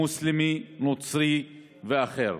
מוסלמי, נוצרי ואחר.